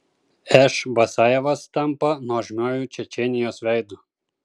š basajevas tampa nuožmiuoju čečėnijos veidu